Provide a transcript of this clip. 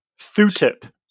Thutip